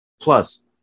Plus